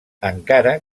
encara